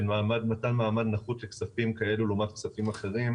של מתן מעמד נחות לכספים כאלו לעומת כספים אחרים,